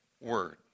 word